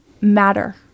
matter